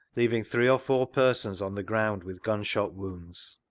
leaving three or four persons on the ground with gunshot wounds.